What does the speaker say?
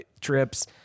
trips